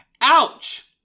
Ouch